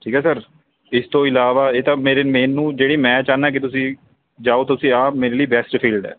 ਠੀਕ ਹੈ ਸਰ ਇਸ ਤੋਂ ਇਲਾਵਾ ਇਹ ਤਾਂ ਮੇਰੇ ਮੈਨੂੰ ਜਿਹੜੀ ਮੈਂ ਚਾਹੁੰਦਾ ਕਿ ਤੁਸੀਂ ਜਾਓ ਤੁਸੀਂ ਆਹ ਮੇਰੇ ਲਈ ਬੈਸਟ ਫੀਲਡ ਹੈ